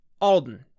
Alden